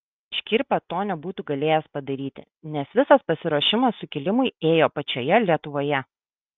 škirpa to nebūtų galėjęs padaryti nes visas pasiruošimas sukilimui ėjo pačioje lietuvoje